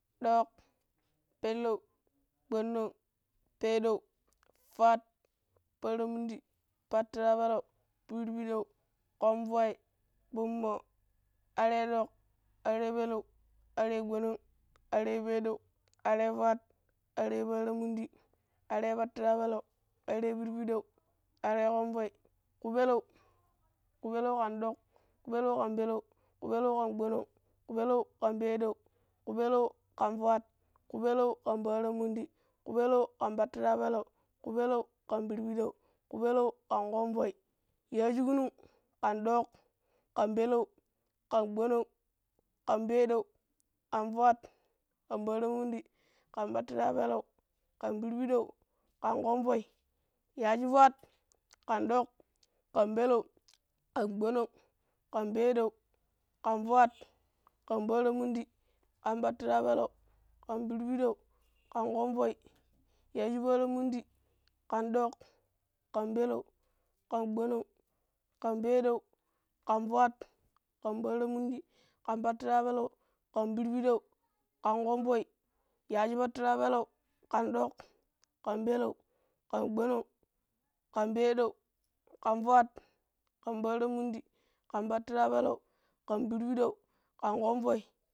Doƙ, peleu, gbo̱no̱ng, peedou, fuat para mundi pattira pelau pirbidau ƙonvoi, kpummo, area ɗoƙ aree peleu aree gbono̱ng, aree peeɗou aree fuat aree para mundi are pattira peleu aree pirpiɗou aree ƙomvoi, ƙupeleu, ƙupeleu ƙan ɗoƙ. ƙupelew ka peleu ƙupeleu ƙan gbonong ƙupeleu, ƙan peedou ƙupeleu ƙan fwaat kupeleu ƙan para mundi, ƙupeleu kam pattira peleu ƙupeleu ƙan pirpidou, ƙupeleu ƙan ƙamvoi yaaji kunung, ƙan ɗoƙ ƙan peleu, ƙan gbono̱ng ƙan peeɗou ƙan fwaat ƙan para mundi ƙan pattira peleu ƙam pirpiɗou ƙan ƙomvoi, yaaji fuat, ƙanɗok, ƙan peleu ƙan gbonong ƙan peedou ƙan fuat ƙan para mundi kan pattira peleu ƙan pirpiɗou ƙan ƙomvoi. Yaaji para mundi ƙan ɗoƙ ƙan peleu, ƙan gbonong, ƙan peeɗou kan fwaat ƙan pattira mundi ƙan pattira peleu ƙan pirpiɗou ƙan ƙomvoi yaaji patrapelau kan ɗoƙ ƙan peleu, ƙan gbono̱ng ƙan peeɗou ƙan fwaat ƙan para mundi kan pattira pelau kan pirbidau kan convoi